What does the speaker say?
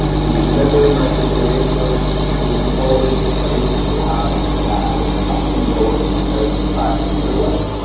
we remember micro generation being all those installations that have and a capacity lower to seventy five kilowatts.